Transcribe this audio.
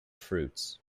fruits